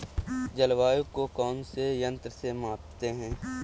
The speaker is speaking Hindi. जलवायु को कौन से यंत्र से मापते हैं?